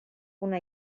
una